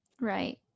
Right